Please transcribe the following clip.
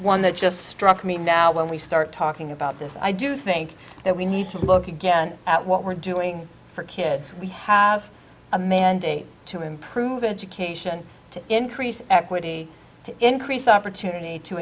one that just struck me now when we start talking about this i do think that we need to look again at what we're doing for kids we have a mandate to improve education to increase equity to increase opportunity to